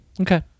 okay